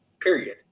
period